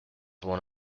one